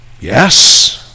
Yes